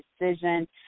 decision